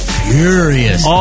furious